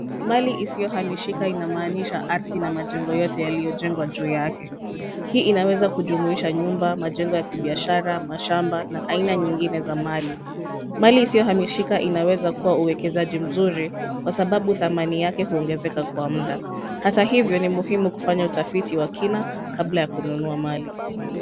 Mali isiyohamishika inamaanisha ardhi na majengo yote yaliyojengwa juu yake. Hii inaweza kujumuisha nyumba, majengo ya kibisahsara, mashamba na aina nyingine za mali. Mali isiyohamishika inaweza kuwa uwekezaji mzuri kwa sababu thamani yake huongezeka kwa muda. Hata hivyo ni muhimu kufanya utafiti wa kina kabla ya kununua mali.